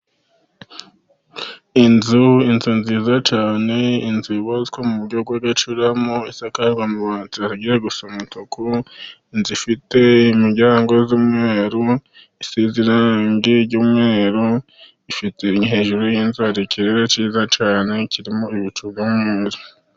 Inzu, inzu nziza cyane, inzu yubatswe mu buryo bwa gacurama isakajwe amabati agiye gusa umutuku, inzu ifite imiryango y'umweru isize irangi ry'umweru, ifite hejuru y'inzu hari ikirere cyiza cyane kirimo ibicu by'ubururu.